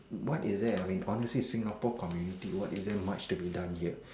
what is there I mean honestly Singapore community what is there much to done here